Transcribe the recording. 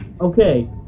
Okay